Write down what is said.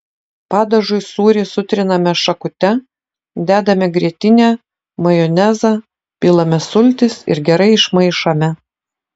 padažui sūrį sutriname šakute dedame grietinę majonezą pilame sultis ir gerai išmaišome